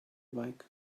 bike